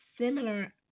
similar